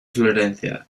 florencia